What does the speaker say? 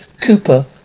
Cooper